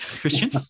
Christian